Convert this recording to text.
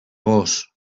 gos